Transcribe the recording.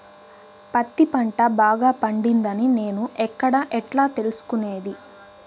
పత్తి పంట బాగా పండిందని నేను ఎక్కడ, ఎట్లా తెలుసుకునేది?